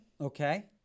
okay